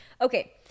Okay